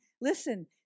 Listen